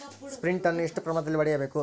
Sprint ಅನ್ನು ಎಷ್ಟು ಪ್ರಮಾಣದಲ್ಲಿ ಹೊಡೆಯಬೇಕು?